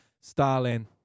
Stalin